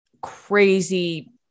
crazy